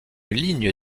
ligne